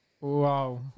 Wow